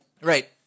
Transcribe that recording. Right